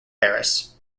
paris